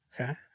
Okay